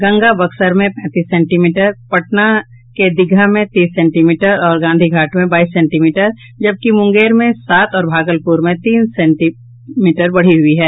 गंगा बक्सर में पैंतीस सेंटीमीटर पटना के दीघा में तीस सेंटीमीटर और गांधीघाट में बाईस सेंटीमीटर जबकि मूंगेर में सात और भागलपुर में तीन सेंटीमीटर बढ़ी हुई है